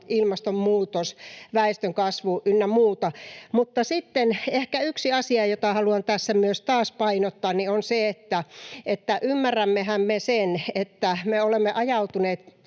ilmastonmuutos, väestönkasvu ynnä muuta, mutta sitten ehkä yksi asia, jota haluan tässä myös taas painottaa, on se, että ymmärrämmehän me sen, että me olemme ajautuneet